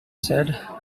said